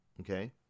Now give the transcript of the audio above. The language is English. Okay